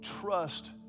trust